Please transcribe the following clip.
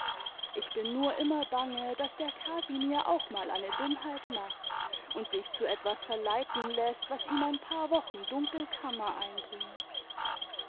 ich bin nur immer bange daß der casimir auch mal eine dummheit macht und sich zu etwas verleiten läßt was ihm ein paar wochen dunkelkammer einbringt